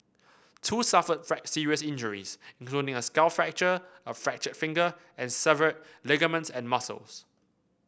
two suffered serious injuries including a skull fracture a fractured finger and severed ligaments and muscles